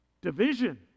division